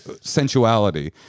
sensuality